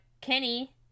Kenny